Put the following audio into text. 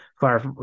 Fire